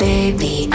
Baby